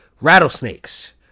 rattlesnakes